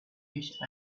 wished